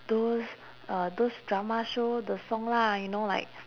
those uh those drama show the song lah you know like